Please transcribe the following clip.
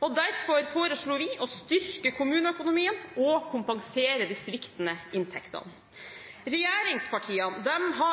Derfor foreslo vi å styrke kommuneøkonomien og kompensere de sviktende inntektene. Regjeringspartiene har